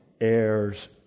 heirs